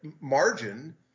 margin